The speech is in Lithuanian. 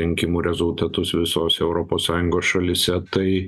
rinkimų rezultatus visose europos sąjungos šalyse tai